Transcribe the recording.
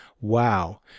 Wow